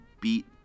beat